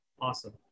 Awesome